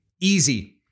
easy